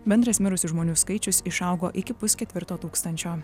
bendras mirusių žmonių skaičius išaugo iki pusketvirto tūkstančio